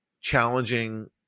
challenging